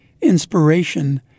inspiration